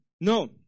No